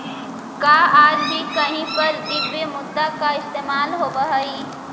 का आज भी कहीं पर द्रव्य मुद्रा का इस्तेमाल होवअ हई?